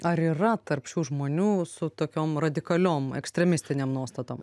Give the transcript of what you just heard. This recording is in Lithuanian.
ar yra tarp šių žmonių su tokiom radikaliom ekstremistinėm nuostatom